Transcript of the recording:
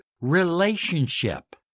relationship